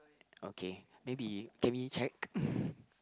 okay maybe can we check